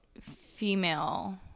female